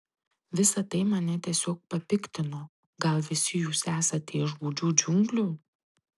visa tai mane tiesiog papiktino gal visi jūs esate iš gūdžių džiunglių